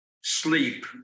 sleep